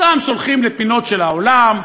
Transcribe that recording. אותם שולחים לפינות של העולם,